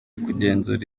kugenzura